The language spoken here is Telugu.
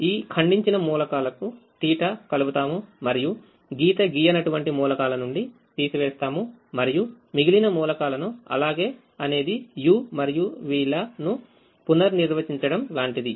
కాబట్టి ఈ ఖండించిన మూలకాలకు θ కలుపుతాము మరియు గీత గీయనటువంటి మూలకాల నుండి తీసి వేస్తాము మరియు మిగిలిన మూలకాలను అలాగే అనేది u మరియు v లను పునర్నిర్వచించడం లాంటిది